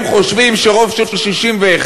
הם חושבים שרוב של 61,